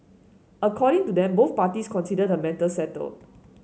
according to them both parties consider the matter settled